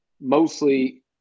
Mostly